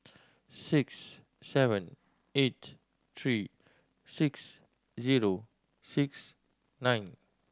six seven eight three six zero six nine